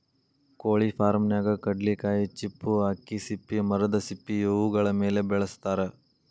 ಕೊಳಿ ಫಾರ್ಮನ್ಯಾಗ ಕಡ್ಲಿಕಾಯಿ ಚಿಪ್ಪು ಅಕ್ಕಿ ಸಿಪ್ಪಿ ಮರದ ಸಿಪ್ಪಿ ಇವುಗಳ ಮೇಲೆ ಬೆಳಸತಾರ